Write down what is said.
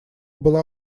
была